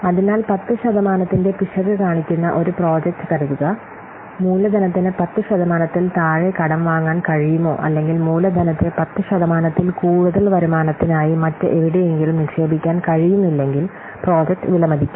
അതിനാൽ 10 ശതമാനത്തിന്റെ പിശക് കാണിക്കുന്ന ഒരു പ്രോജക്റ്റ് കരുതുക മൂലധനത്തിന് 10 ശതമാനത്തിൽ താഴെ കടം വാങ്ങാൻ കഴിയുമോ അല്ലെങ്കിൽ മൂലധനത്തെ 10 ശതമാനത്തിൽ കൂടുതൽ വരുമാനത്തിനായി മറ്റെവിടെയെങ്കിലും നിക്ഷേപിക്കാൻ കഴിയുന്നില്ലെങ്കിൽ പ്രോജക്റ്റ് വിലമതിക്കും